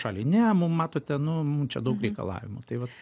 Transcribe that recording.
šaliai ne mum matote nu čia daug reikalavimų tai vat